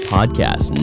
Podcast